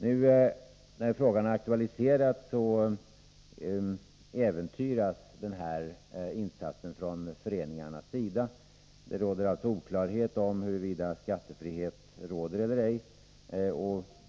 När frågan nu har aktualiserats äventyras den här insatsen från föreningarnas sida. Det råder alltså oklarhet om huruvida skattefrihet råder eller ej.